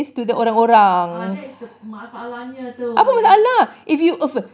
ah that is the masalahnya tu